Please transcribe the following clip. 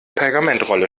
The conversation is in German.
pergamentrolle